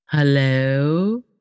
Hello